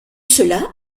cela